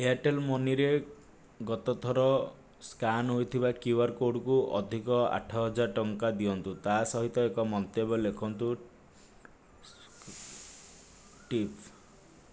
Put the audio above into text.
Airtel ମନିରେ ଗତ ଥର ସ୍କାନ୍ ହୋଇଥିବା କ୍ୟୁଆର୍ କୋଡ଼୍କୁ ଅଧିକ ଆଠ ହଜାର ଟଙ୍କା ଦିଅନ୍ତୁ ତା ସହିତ ଏକ ମନ୍ତବ୍ୟ ଲେଖନ୍ତୁ ଟିପ୍